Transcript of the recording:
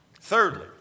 Thirdly